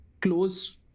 close